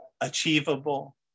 achievable